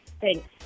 Thanks